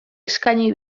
eskaini